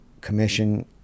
commission